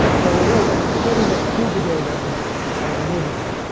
ah so we're really just fitting it to the data and removing it.